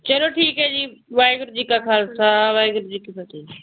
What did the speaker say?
ਚਲੋ ਠੀਕ ਹੈ ਜੀ ਵਾਹਿਗੁਰੂ ਜੀ ਕਾ ਖਾਲਸਾ ਵਾਹਿਗੁਰੂ ਜੀ ਕੀ ਫਤਿਹ ਜੀ